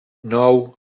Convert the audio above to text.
nou